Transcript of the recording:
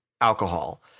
alcohol